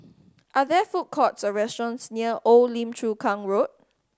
are there food courts or restaurants near Old Lim Chu Kang Road